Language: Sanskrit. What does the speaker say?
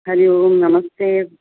हरिः ओं नमस्ते